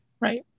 Right